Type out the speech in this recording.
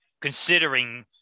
considering